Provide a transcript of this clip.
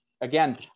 again